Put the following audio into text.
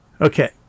okay